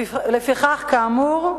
לפיכך, כאמור,